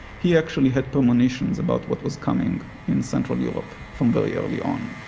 he actually had premonitions about what was coming in central europe from very early on.